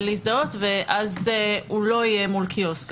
ואז הוא לא יהיה מול קיוסק.